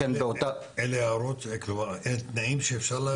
אלה תנאים שאפשר לעמוד בהם?